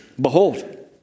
behold